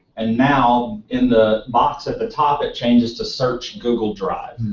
and now in the box at the top it changes to search google drive.